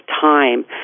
time